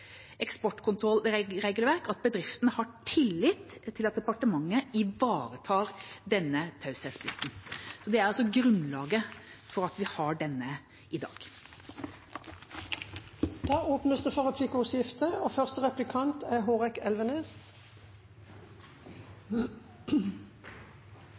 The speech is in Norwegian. eksportkontrollregelverk at bedriftene har tillit til at departementet ivaretar denne taushetsplikten. Det er altså grunnlaget for at vi har denne i dag. Det blir replikkordskifte. Å forbedre og tydeliggjøre praktiseringen av selve kunnskapskontrollen i eksportkontrollregelverket er